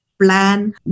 plan